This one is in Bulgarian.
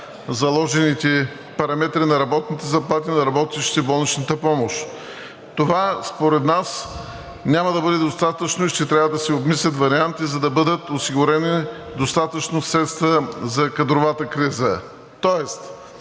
Това според нас няма да бъде достатъчно и ще трябва да се обмислят варианти, за да бъдат осигурени достатъчно средства за кадровата криза.“